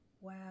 Wow